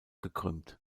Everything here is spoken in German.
gekrümmt